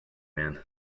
man